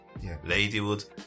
Ladywood